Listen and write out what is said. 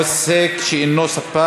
עוסק שאינו ספק),